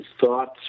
thoughts